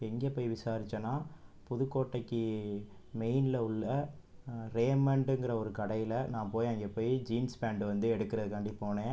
எங்கே போய் விசாரிச்சனா புதுக்கோட்டைக்கு மெயினில் உள்ளே ரேமண்டுங்கிற ஒரு கடையில் நான் போய் அங்கே போய் ஜீன்ஸ் பேண்ட்டு வந்து எடுக்கிறக்காண்டி போன